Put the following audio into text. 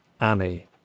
Annie